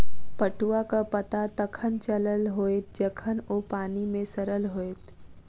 पटुआक पता तखन चलल होयत जखन ओ पानि मे सड़ल होयत